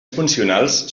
funcionals